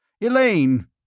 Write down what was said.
Elaine